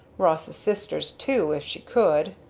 ross's sisters too if she could.